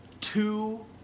two